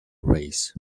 race